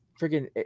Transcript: Freaking